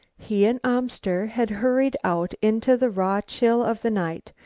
he and amster had hurried out into the raw chill of the night,